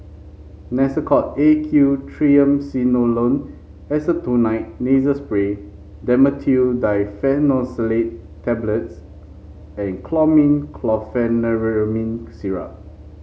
Nasacort A Q Triamcinolone Acetonide Nasal Spray Dhamotil Diphenoxylate Tablets and Chlormine Chlorpheniramine Syrup